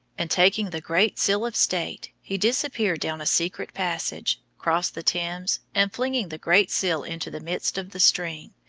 and taking the great seal of state, he disappeared down a secret passage, crossed the thames, and flinging the great seal into the midst of the stream,